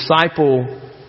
disciple